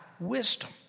wisdom